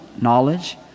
knowledge